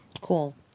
Cool